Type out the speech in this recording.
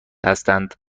هستند